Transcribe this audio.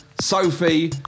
Sophie